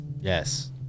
Yes